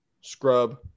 Scrub